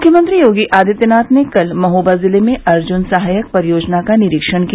मुख्यमंत्री योगी आदित्यनाथ ने कल महोबा जिले में अर्ज्न सहायक परियोजना का निरीक्षण किया